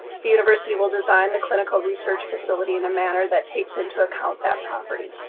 the university will design the clinical research facility in a manner that takes into account that property.